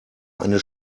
eine